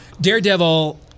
Daredevil